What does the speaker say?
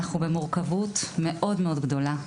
אנחנו במורכבות מאוד מאוד גדולה.